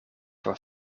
voor